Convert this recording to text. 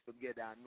together